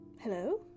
hello